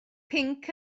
pinc